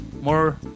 more